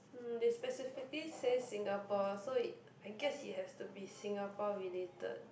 um they specifically say Singapore so it I guess it has to be Singapore related